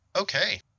Okay